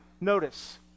Notice